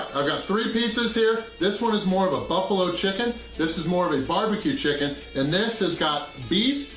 i've got three pizzas here. this one is more of a buffalo chicken. this is more of a barbecue chicken. and this has got beef,